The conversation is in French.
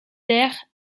der